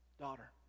daughter